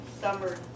summer